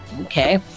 Okay